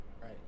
Right